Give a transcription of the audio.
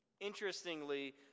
Interestingly